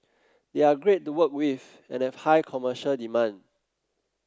they are great to work with and have high commercial demand